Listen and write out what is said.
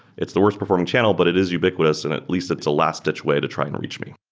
it's the worst performing channel, but it is ubiquitous and at least it's a last-ditch way to try and reach me.